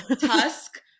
Tusk